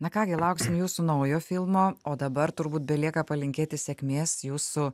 na ką gi lauksim jūsų naujo filmo o dabar turbūt belieka palinkėti sėkmės jūsų